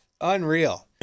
Unreal